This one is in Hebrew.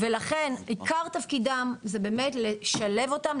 ולכן עיקר תפקידם זה באמת לשלב אותם,